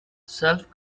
self